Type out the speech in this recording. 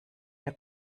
der